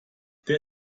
der